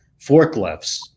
forklifts